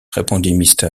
répondit